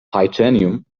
titanium